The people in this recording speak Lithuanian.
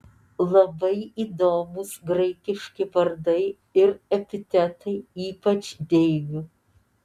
labai įdomūs graikiški vardai ir epitetai ypač deivių